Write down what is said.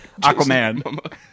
Aquaman